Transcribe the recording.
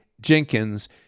Jenkins